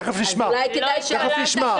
אז אולי כדאי שארבל תגיד לנו מה.